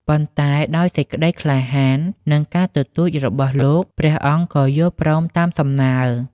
ប៉ុន្តែដោយសេចក្ដីក្លាហាន និងការទទូចរបស់លោក ព្រះអង្គក៏យល់ព្រមតាមសំណើ។